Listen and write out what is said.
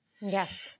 Yes